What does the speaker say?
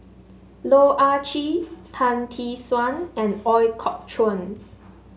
Loh Ah Chee Tan Tee Suan and Ooi Kok Chuen